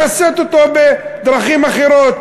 לכסות אותו בדרכים אחרות,